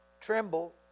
tremble